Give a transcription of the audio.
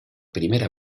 primera